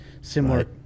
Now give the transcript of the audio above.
similar